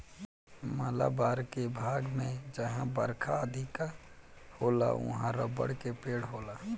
मालाबार के भाग में जहां बरखा अधिका होला उहाँ रबड़ के पेड़ होला